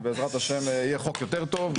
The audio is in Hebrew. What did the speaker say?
ובעזרת השם יהיה חוק יותר טוב.